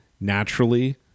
naturally